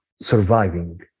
surviving